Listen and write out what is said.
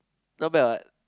not bad what